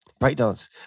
breakdance